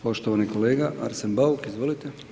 Poštovani kolega Arsen Bauk, izvolite.